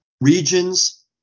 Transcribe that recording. regions